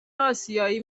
آسیایی